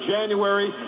January